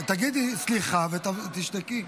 תגידי סליחה ותשתקי.